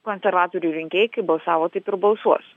konservatorių rinkėjai kaip balsavo taip ir balsuos